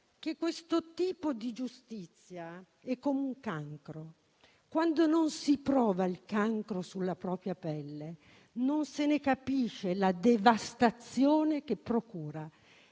- questo tipo di giustizia è come un cancro: quando non si prova sulla propria pelle, non si capisce la devastazione che procura.